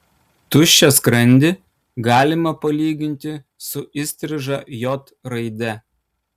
tuščią skrandį galima palyginti su įstriža j raide